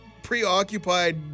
preoccupied